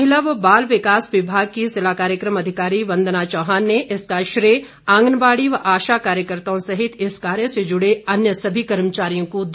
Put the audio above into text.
महिला व बाल विकास विभाग की जिला कार्यक्रम अधिकारी वंदना चौहान ने इसका श्रेय आंगनबाड़ी व आशा कार्यकर्ताओं सहित इस कार्य से जुड़े अन्य सभी कर्मचारियों को दिया